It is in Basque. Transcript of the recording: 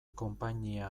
konpainia